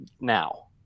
now